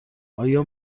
آیا